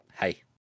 hey